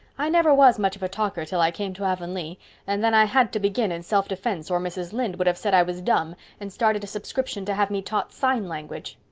i never was much of a talker till i came to avonlea and then i had to begin in self-defense or mrs. lynde would have said i was dumb and started a subscription to have me taught sign language.